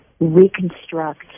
reconstruct